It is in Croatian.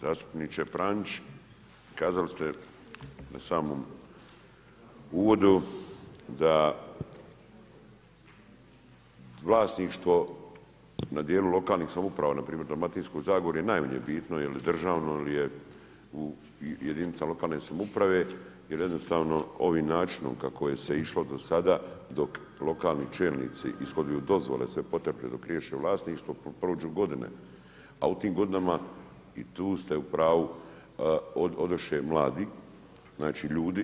Zastupniče Pranić, kazali ste na samom uvodu da vlasništvo na dijelu lokalnih samouprava npr. Dalmatinske Zagore je najmanje bitno je li je državno ili je jedinica lokalne samouprave, jer jednostavno ovim načinom kako se išlo do sada dok lokalni čelnici ishoduju dozvole se poteplju dok riješe vlasništvo, pa prođu godine, a u tim godinama i tu ste u pravu odoše mladi ljudi.